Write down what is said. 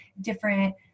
different